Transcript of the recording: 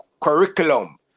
curriculum